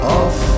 off